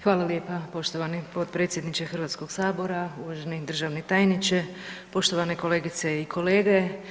Hvala lijepa poštovani potpredsjedniče HS-a, uvaženi državni tajniče, poštovane kolegice i kolege.